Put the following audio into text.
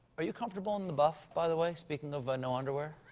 are you comfortable in the buff, by the way, speaking of no underwear?